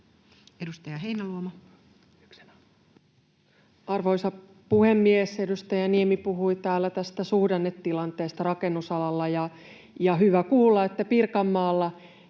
Edustaja Heinäluoma. Arvoisa puhemies! Edustaja Niemi puhui täällä suhdannetilanteesta rakennusalalla, ja on hyvä kuulla, että Pirkanmaalla